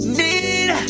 need